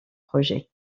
projets